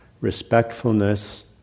Respectfulness